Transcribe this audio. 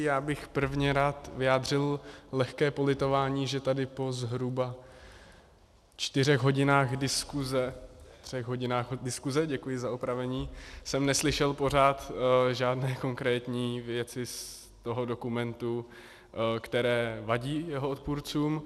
Já bych prvně rád vyjádřil lehké politování, že jsem tady po zhruba čtyřech hodinách diskuse třech hodinách diskuse, děkuji za opravení neslyšel pořád žádné konkrétní věci z toho dokumentu, které vadí jeho odpůrcům.